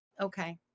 Okay